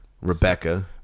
Rebecca